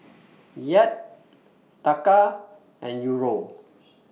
Kyat Taka and Euro